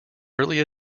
early